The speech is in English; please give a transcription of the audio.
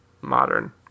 modern